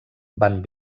van